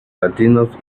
latinos